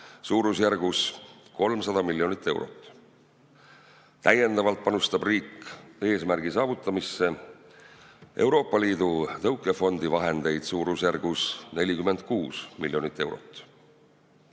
suurusjärgus 300 miljonit eurot. Täiendavalt panustab riik eesmärgi saavutamisse Euroopa Liidu tõukefondi vahendeid suurusjärgus 46 miljonit eurot.